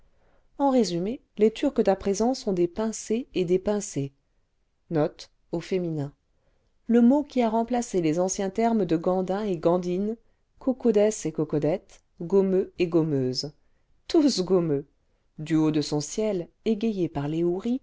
en résumé les turcs d'à présent sont des ce pinces et des ce pincées le mot qui a remplacé les anciens termes de gandins et gandines cocodès et cocodettes gommeux et gommeuses tous gommeux du haut de son ciel égayé par les